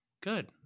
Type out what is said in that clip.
good